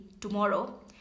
tomorrow